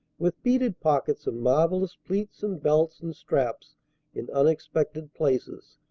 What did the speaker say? with beaded pockets and marvellous pleats and belts and straps in unexpected places,